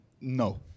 No